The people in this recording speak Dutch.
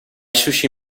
sushi